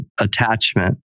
attachment